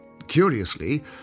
Curiously